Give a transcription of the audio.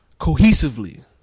cohesively